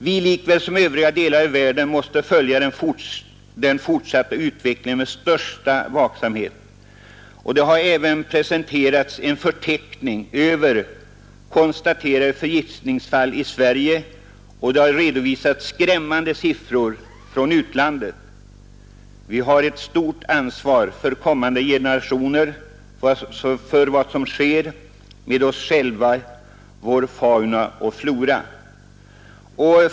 Vi lika väl som folken i övriga delar av världen måste följa den fortsatta utvecklingen med största vaksamhet. Det har även presenterats en förteckning över konstaterade förgiftningsfall i Sverige, och det har redovisats skrämmande siffror från utlandet. Vi har ett stort ansvar inför kommande generationer för vad som sker med oss själva, vår fauna och vår flora.